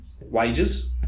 wages